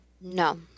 No